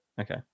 Okay